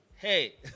Hey